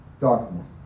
Darkness